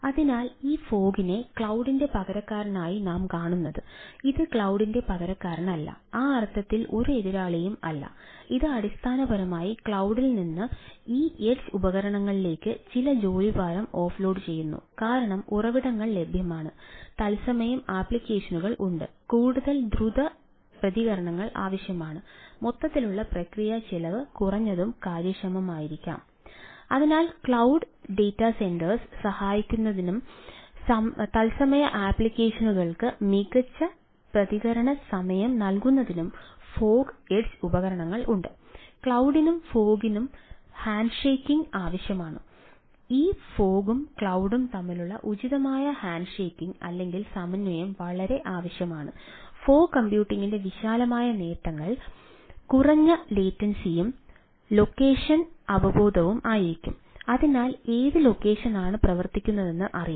അതിനാൽ ആ ഫോഗിനെ ക്ലൌഡ്ന്റെ ഉണ്ട് കൂടുതൽ ദ്രുത പ്രതികരണങ്ങൾ ആവശ്യമാണ് മൊത്തത്തിലുള്ള പ്രക്രിയ ചെലവ് കുറഞ്ഞതും കാര്യക്ഷമവുമായിരിക്കാം